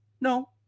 no